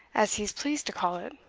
as he is pleased to call it,